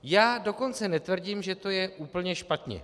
Já dokonce netvrdím, že to je úplně špatně.